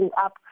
up